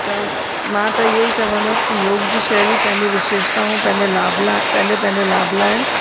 त मां त इयो ही चवंदसि की योग जी शैली पंहिंजे विशेषताऊं पंहिंजे लाभ लाइ पंहिंजे पंहिंजे लाभ लाइ आहिनि